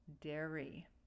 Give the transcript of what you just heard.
dairy